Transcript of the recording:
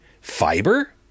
fiber